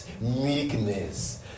meekness